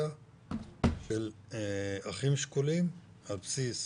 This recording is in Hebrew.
דאטה של אחים שכולים על בסיס